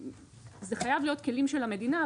זה חייב להיות כלים של המדינה,